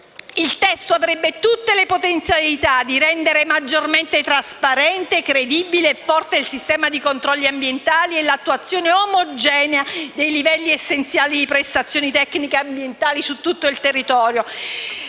Il testo avrebbe tutte le potenzialità per rendere maggiormente trasparente, credibile e forte il sistema dei controlli ambientali e l'attuazione omogenea dei livelli essenziali delle prestazioni tecniche ambientali su tutto il territorio,